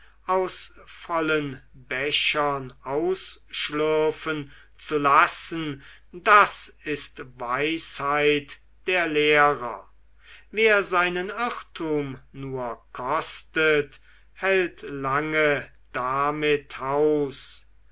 aus vollen bechern ausschlürfen zu lassen das ist weisheit der lehrer wer seinen irrtum nur kostet hält lange damit haus